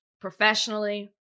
professionally